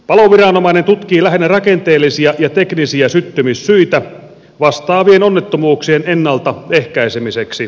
paloviranomainen tutkii lähinnä rakenteellisia ja teknisiä syttymissyitä vastaavien onnettomuuksien ennalta ehkäisemiseksi